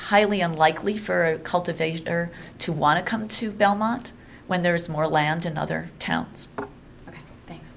highly unlikely for cultivation to want to come to belmont when there is more land in other towns things